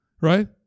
right